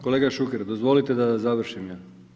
Kolega Šuker, dozvolite da završim ja.